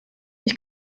ich